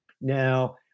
Now